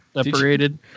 Separated